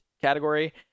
category